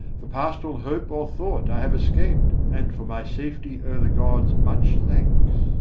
for past all hope or thought i have escaped, and for my safety owe the gods much thanks.